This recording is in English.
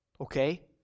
okay